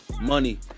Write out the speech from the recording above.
money